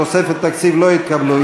בדבר תוספת תקציב לא נתקבלו.